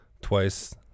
twice